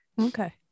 Okay